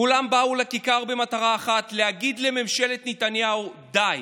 כולם באו לכיכר במטרה אחת: להגיד לממשלת נתניהו: די,